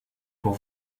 pour